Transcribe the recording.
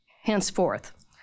henceforth